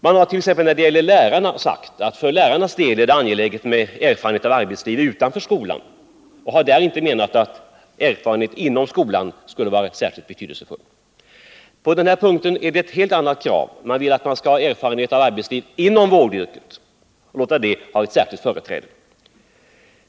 Man har sagt att t.ex. för lärarnas del är det angeläget med erfarenhet av arbetsliv utanför skolan och att erfarenhet inom skolan inte skulle vara särskilt betydelsefull. Inom vårdutbildningen är kravet ett helt annat — man anser det viktigt med arbetslivserfarenhet inom vårdyrket.